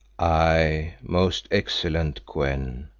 aye, most excellent kou-en,